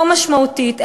לא משמעותית,